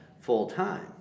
full-time